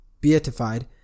beatified